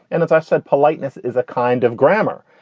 and as i said, politeness is a kind of grammar.